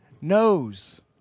knows